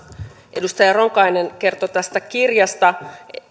edustaja ronkainen kertoi tästä kirjasta